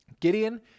Gideon